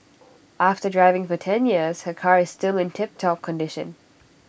after driving for ten years her car is still in tiptop condition